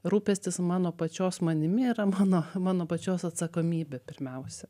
rūpestis mano pačios manimi yra mano mano pačios atsakomybė pirmiausia